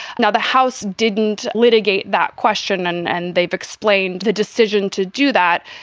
now, the house didn't litigate that question, and and they've explained the decision to do that.